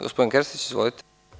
Gospodin Krstić, izvolite.